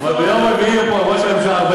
אבל ביום רביעי יהיה פה ראש הממשלה.